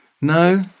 No